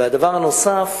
הדבר הנוסף,